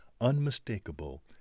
unmistakable